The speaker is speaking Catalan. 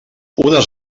unes